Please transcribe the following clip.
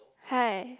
hi